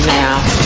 now